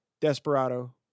Desperado